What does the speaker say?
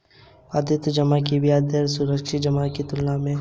आवर्ती जमा की ब्याज दरें सावधि जमा की तुलना में कुछ ही कम होती हैं